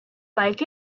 like